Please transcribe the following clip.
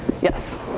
Yes